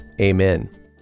Amen